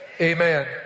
amen